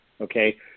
Okay